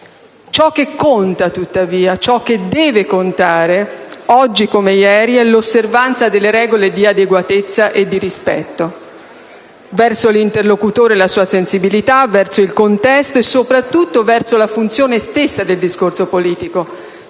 Ciò che conta, tuttavia, ciò che deve contare, oggi come ieri, è l'osservanza delle regole di adeguatezza e di rispetto: verso l'interlocutore e la sua sensibilità, verso il contesto e, soprattutto, verso la funzione stessa del discorso politico,